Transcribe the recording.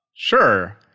Sure